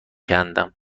کندم